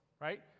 right